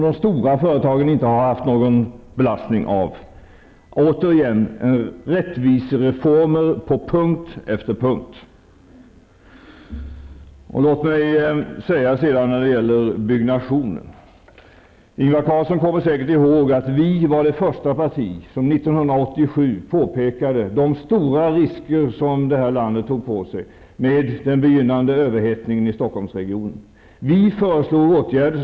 De stora företagen har inte haft någon belastning av detta. Detta är rättvisereformer på punkt efter punkt. Låt mig när det gäller byggandet säga att Ingvar Carlsson säkert kommer ihåg att centern var det första partiet som 1987 påpekade de stora risker som landet tog på sig med den begynnande överhettningen i Stockholmsregionen. Vi föreslog åtgärder.